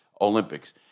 Olympics